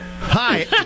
Hi